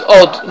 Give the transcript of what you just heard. odd